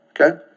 Okay